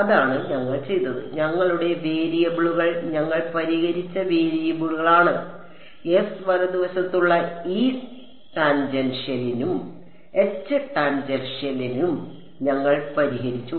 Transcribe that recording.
അതാണ് ഞങ്ങൾ ചെയ്തത് ഞങ്ങളുടെ വേരിയബിളുകൾ ഞങ്ങൾ പരിഹരിച്ച വേരിയബിളുകളാണ് എസ് വലതുവശത്തുള്ള E ടാൻജൻഷ്യലിനും H ടാൻജെൻഷ്യലിനും ഞങ്ങൾ പരിഹരിച്ചു